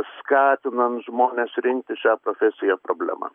skatinant žmones rinktis šią profesiją problema